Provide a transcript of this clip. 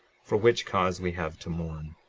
for which cause we have to mourn.